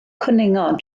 cwningod